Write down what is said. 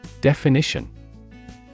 Definition